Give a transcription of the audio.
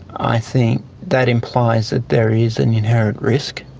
i think that implies ah there is an inherent risk,